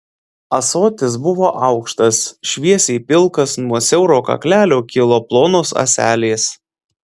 ąsotis buvo aukštas šviesiai pilkas nuo siauro kaklelio kilo plonos ąselės